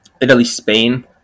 Italy-Spain